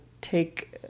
take